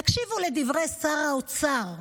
תקשיבו לדברי שר האוצר: